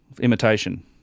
imitation